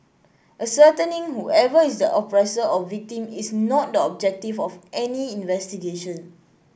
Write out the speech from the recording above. ascertaining whoever is the oppressor or victim is not the objective of any investigation